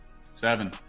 Seven